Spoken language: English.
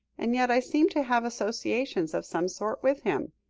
and yet i seem to have associations of some sort with him.